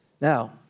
Now